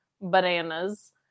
bananas